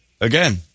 again